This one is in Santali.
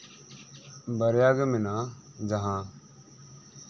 ᱵᱟᱨᱭᱟ ᱜᱮ ᱢᱮᱱᱟᱜᱼᱟ ᱡᱟᱸᱦᱟ